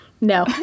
No